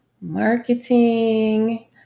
marketing